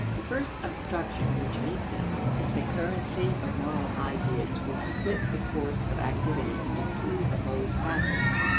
the first obstruction which meets us is the currency of moral ideas which split the course of activity into two opposed factors,